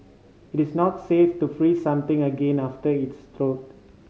it is not safe to free something again after it thawed